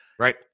Right